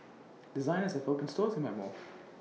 designers have opened stores in my mall